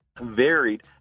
varied